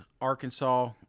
Arkansas